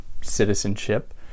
citizenship